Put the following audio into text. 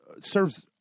serves